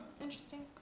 Interesting